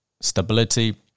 stability